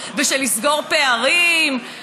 נבוא ונאפשר את ההצהרה בבתי הספר.